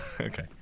Okay